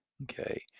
Okay